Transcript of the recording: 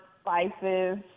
spices